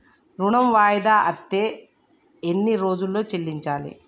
ఋణం వాయిదా అత్తే ఎన్ని రోజుల్లో చెల్లించాలి?